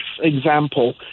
example